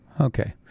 Okay